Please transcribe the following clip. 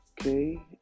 Okay